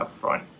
upfront